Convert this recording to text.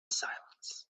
silence